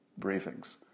briefings